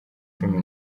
cumi